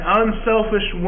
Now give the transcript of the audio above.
unselfish